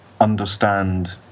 understand